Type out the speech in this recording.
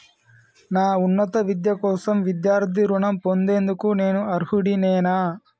నా ఉన్నత విద్య కోసం విద్యార్థి రుణం పొందేందుకు నేను అర్హుడినేనా?